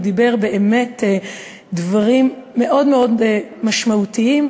הוא דיבר באמת על דברים מאוד מאוד משמעותיים,